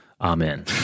Amen